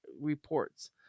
reports